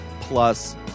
Plus